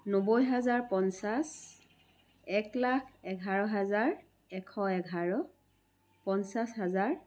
নব্বৈ হাজাৰ পঞ্চাছ এক লাখ এঘাৰ হাজাৰ এশ এঘাৰ পঞ্চাছ হাজাৰ